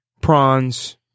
prawns